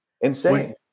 Insane